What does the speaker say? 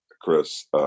Chris